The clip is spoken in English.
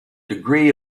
degree